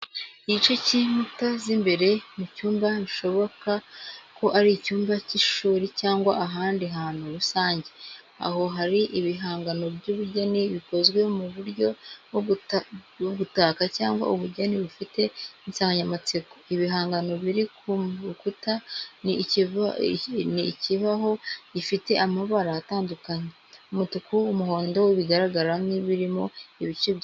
Igice cy’inkuta z’imbere mu cyumba bishoboka ko ari icyumba cy’ishuri cyangwa ahandi hantu rusange, aho hari ibihangano by’ubugeni bikozwe mu buryo bwo gutaka cyangwa ubugeni bufite insanganyamatsiko. Ibihangano biri ku rukuta ni ikibaho gifite amabara atandukanye, umutuku, n’umuhondo, bigaragara nk’ibirimo ibice byacapwe cyangwa byashushanyijwe.